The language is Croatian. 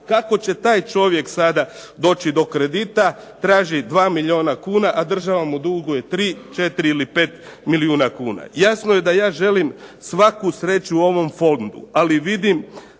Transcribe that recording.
Kako će taj čovjek sada doći do kredita? Traži 2 milijuna kuna, a država mu duguje 3,4, ili 5 milijuna kuna. Jasno je da ja želim svaku sreću ovom fondu, ali vidim